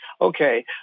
okay